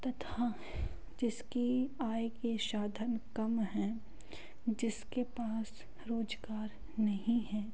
तथा जिसकी आय की साधन कम है जिसके पास रोज़गार नहीं है